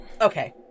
Okay